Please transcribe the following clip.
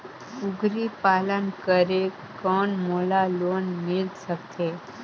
कूकरी पालन करे कौन मोला लोन मिल सकथे?